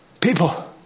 People